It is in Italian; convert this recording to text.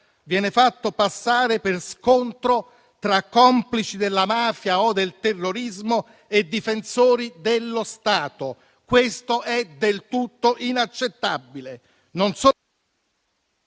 viene fatto passare per scontro tra complici della mafia o del terrorismo e difensori dello Stato. Questo è del tutto inaccettabile